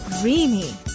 creamy